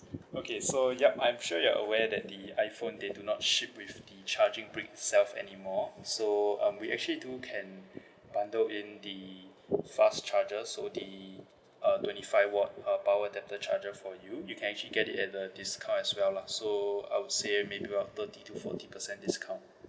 okay so yup I'm sure you're aware that the iphone they do not ship with the charging brick self anymore so um we actually do can bundle in the fast charger so the uh twenty five watt uh power that the charger for you you can actually get it at the discount as well lah so I would say maybe about thirty to forty percent discount